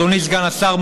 אדוני סגן השר,